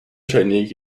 technique